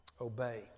Obey